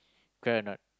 correct or not